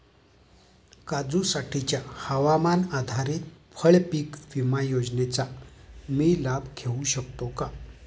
काजूसाठीच्या हवामान आधारित फळपीक विमा योजनेचा मी लाभ घेऊ शकतो का?